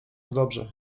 dobrze